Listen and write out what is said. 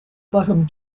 bottom